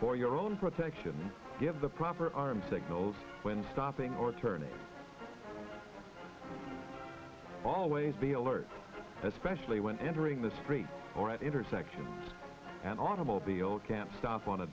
for your own protection give the proper arm signals when stopping or turning always be alert especially when entering the street or at intersections an automobile can stop on a